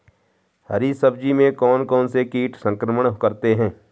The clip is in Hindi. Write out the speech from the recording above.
हरी सब्जी में कौन कौन से कीट संक्रमण करते हैं?